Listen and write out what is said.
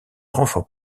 renforts